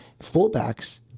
fullbacks